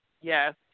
Yes